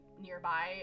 nearby